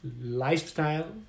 lifestyle